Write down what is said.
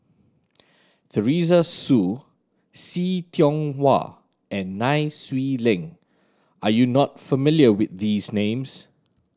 Teresa Hsu See Tiong Wah and Nai Swee Leng are you not familiar with these names